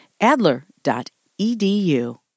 Adler.edu